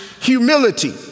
humility